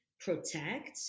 protect